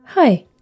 Hi